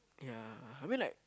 ya I mean like